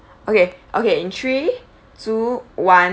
okay okay in three two one